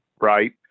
right